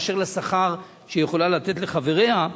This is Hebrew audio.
אשר לשכר שהיא יכולה לתת לחבריה,